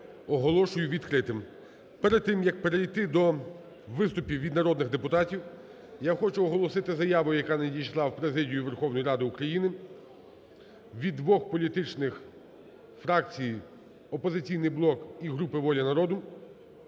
оголошую відкритим. Перед тим як перейти до виступів від народних депутатів я хочу оголосити заяву, яка надійшла в президію Верховної Ради України від двох політичних фракцій: "Опозиційний блок" і групи "Воля народу".